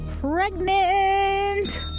pregnant